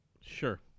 Sure